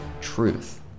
truth